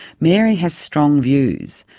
mary has strong views,